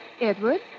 Edward